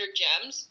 gems